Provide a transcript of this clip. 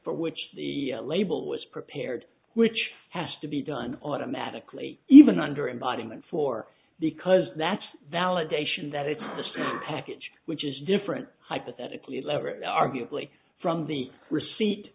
for which the label was prepared which has to be done automatically even under embodiment for because that's validation that it's the spirit package which is different hypothetically leverage arguably from the receipt